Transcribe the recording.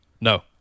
No